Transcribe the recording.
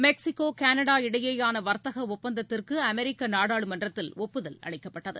Mexico Canada இடையேயான வர்த்தக ஒப்பந்தத்திற்கு அமெரிக்கா நாடாளுமன்றத்தில் ஒப்புதல் அளிக்கப்பட்டது